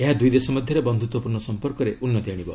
ଏହା ଦୁଇଦେଶ ମଧ୍ୟରେ ବନ୍ଧୁତ୍ୱପୂର୍ଣ୍ଣ ସମ୍ପର୍କରେ ଉନ୍ନତି ଆଣିବ